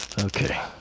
okay